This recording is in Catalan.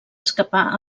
escapar